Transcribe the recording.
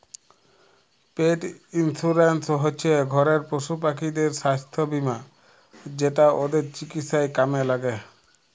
পেট insurance হচ্যে ঘরের পশুপাখিদের সাস্থ বীমা যেটা ওদের চিকিৎসায় কামে ল্যাগে